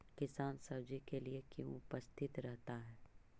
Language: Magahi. किसान सब्जी के लिए क्यों उपस्थित रहता है?